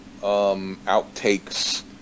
outtakes